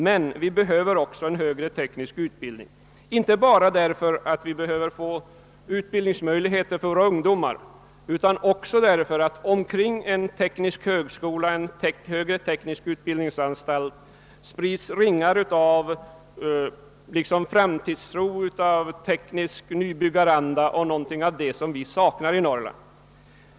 Men vi behöver också få en högre teknisk utbildning, inte bara därför att vi behöver utbildningsmöjligheter för våra ungdomar utan också därför att det omkring en högre teknisk utbildningsanstalt sprids ringar av en framtidstro och en teknisk nybyggaranda av ett slag som vi saknar i Norrland.